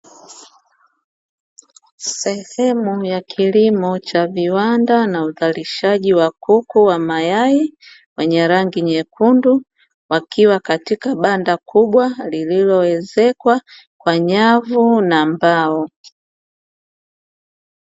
Sehemu ya kilimo cha viwanda na uzalishaji wa kuku wa mayai wenye rangi nyekundu, wakiwa katika banda kubwa liloloezekwa kwa nyavu na mbao.